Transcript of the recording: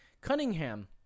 Cunningham